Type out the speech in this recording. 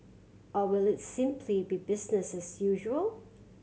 or will it simply be business as usual